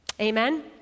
Amen